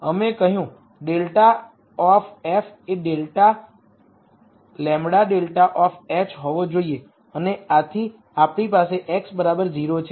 અમે કહ્યું ∇ of f એ λ ∇ ઓફ h હોવો જોઈએ અને પછી આપણી પાસે x 0 છે